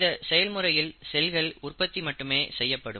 இந்த செயல்முறையில் செல்கள் உற்பத்தி மட்டுமே செய்யப்படும்